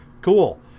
Cool